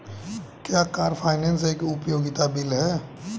क्या car finance एक उपयोगिता बिल है?